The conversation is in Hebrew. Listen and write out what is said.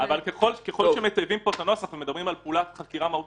ככל שמטייבים פה את הנוסח ומדברים על פעולת חקירה מהותית,